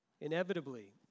Inevitably